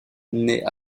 naît